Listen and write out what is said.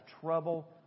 trouble